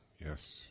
Yes